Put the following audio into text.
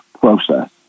process